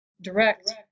direct